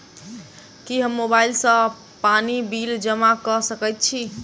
की हम मोबाइल सँ पानि बिल जमा कऽ सकैत छी?